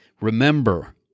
Remember